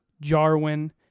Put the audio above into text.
Jarwin